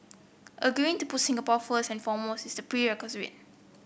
agreeing to put Singapore first and foremost is